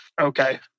okay